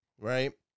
right